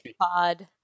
pod